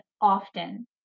often